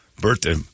Birthday